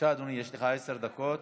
בבקשה, אדוני, יש לך עשר דקות.